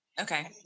Okay